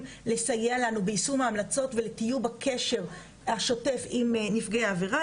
לסייע לנו ביישום ההמלצות ולטיוב הקשר השוטף עם נפגעי עבירה.